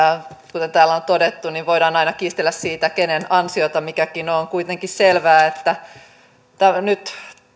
kuten täällä on todettu voidaan aina kiistellä siitä kenen ansiota mikäkin on on kuitenkin selvää että nyt talous